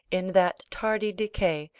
in that tardy decay,